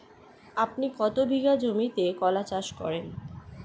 আপনি কত বিঘা জমিতে কলা চাষ করেন?